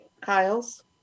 Kyles